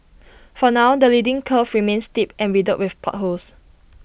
for now the leading curve remains steep and riddled with potholes